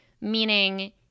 meaning –